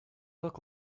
look